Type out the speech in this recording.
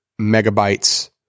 megabytes